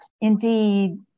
indeed